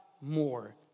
more